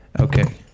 Okay